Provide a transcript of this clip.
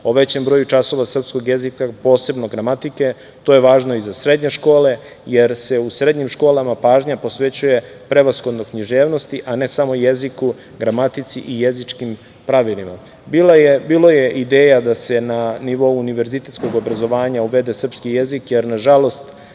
o većem broju časova srpskog jezika, posebno gramatike. To je važno i za srednje škole, jer se u srednjim školama pažnja posvećuje prevashodno književnosti, a ne samo jeziku, gramatici i jezičkim pravilima. Bilo je ideja da se na nivou univerzitetskog obrazovanja uvede srpski jezik, jer, nažalost,